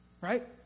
Right